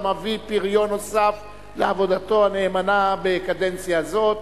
המביא פרי נוסף של עבודתו הנאמנה בקדנציה זאת.